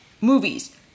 movies